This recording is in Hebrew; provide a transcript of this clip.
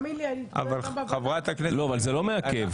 אבל זה לא מעכב.